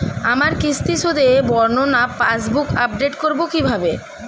আমার কিস্তি শোধে বর্ণনা পাসবুক আপডেট করব কিভাবে?